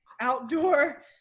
outdoor